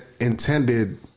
intended